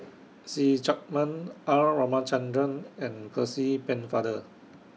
See Chak Mun R Ramachandran and Percy Pennefather